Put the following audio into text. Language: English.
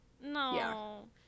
no